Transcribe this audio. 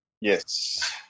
Yes